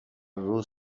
روز